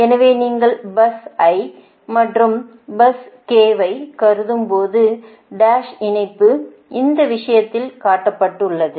எனவே நீங்கள் bus I மற்றும் பஸ் k ஐக் கருதும் போது டேஷ் இணைப்பு இந்த விஷயத்தில் காட்டப்பட்டுள்ளது